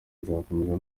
nzakomeza